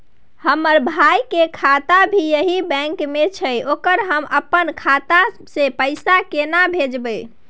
हमर भाई के खाता भी यही बैंक में छै ओकरा हम अपन खाता से पैसा केना भेजबै?